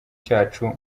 cyacu